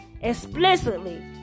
explicitly